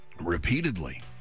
repeatedly